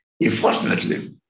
Unfortunately